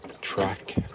track